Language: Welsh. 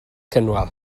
cynwal